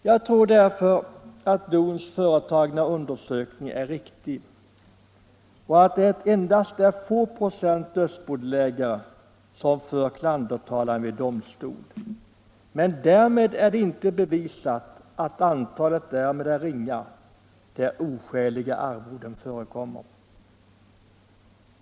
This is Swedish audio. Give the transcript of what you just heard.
Jag tror därför att DON:s företagna undersökning är riktig och att det endast är få procent dödsbodelägare som för klandertalan vid domstol. Men därmed är det inte bevisat att antalet fall där oskäliga arvoden förekommer är ringa.